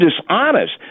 dishonest